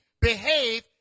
behave